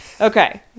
Okay